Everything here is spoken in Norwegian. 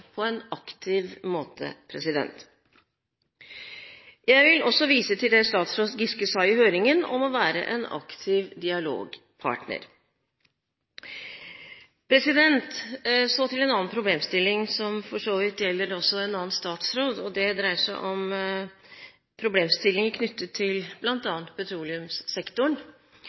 på en aktiv måte. Jeg vil også vise til det statsråd Giske sa i høringen om å være en aktiv dialogpartner. En annen problemstilling – som for så vidt gjelder en annen statsråd – dreier seg om problemstillinger knyttet til bl.a. petroleumssektoren.